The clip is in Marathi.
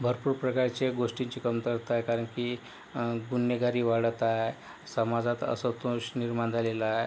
भरपूर प्रकारच्या गोष्टींची कमतरता आहे कारण की गुन्हेगारी वाढत आहे समाजात असंतोष निर्माण झालेला आहे